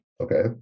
okay